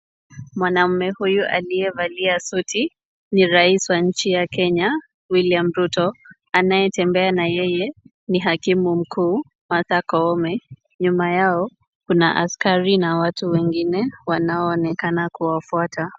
Mwanamme huyu aliyevalia suti ni rais wa nchi ya Kenya William Ruto. Anayetembea na yeye ni hakimu mkuu Martha Koome. Nyuma yao kuna askari na watu wengine wanaoonekana kuwafuata.